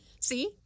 See